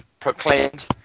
proclaimed